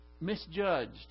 misjudged